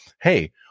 hey